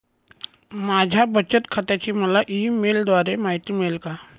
माझ्या बचत खात्याची मला ई मेलद्वारे माहिती मिळेल का?